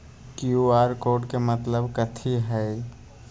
QR code के मतलब कथी होई?